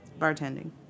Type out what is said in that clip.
Bartending